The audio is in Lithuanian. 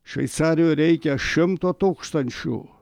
šveicarijoj reikia šimto tūkstančių